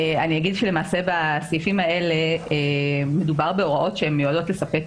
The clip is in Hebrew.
אני אומר שלמעשה בסעיפים האלה מדובר בהוראות שמיועדות לספק